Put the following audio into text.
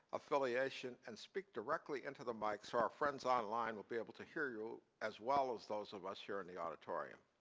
affiliation and speak directly into the mic so our friends on line will be able to hear you as well as those of us here in the auditorium.